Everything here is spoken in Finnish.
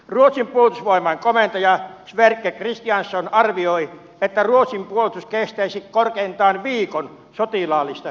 ruotsin puolustusvoimain komentaja sverker göranson arvioi että ruotsin puolustus kestäisi korkeintaan viikon sotilaallista hyökkäystä vastaan